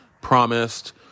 promised